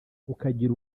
ukagira